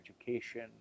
education